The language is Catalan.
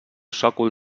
sòcol